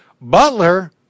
Butler